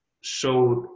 showed